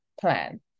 plan